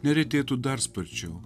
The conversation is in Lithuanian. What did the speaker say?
neretėtų dar sparčiau